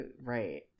right